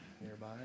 nearby